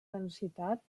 densitat